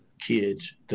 kids